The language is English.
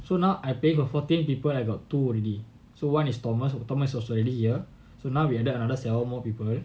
so now I pay for fourteen people I got two already so one is thomas thomas was already here so now we added another seven more people